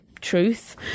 truth